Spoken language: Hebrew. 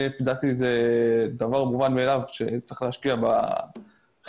לדעתי זה דבר מובן מאליו שצריך להשקיע בחינוך.